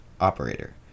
Operator